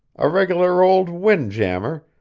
a regular old wind-jammer,